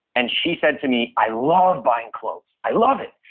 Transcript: and she said to me i love buying clothes. i love it.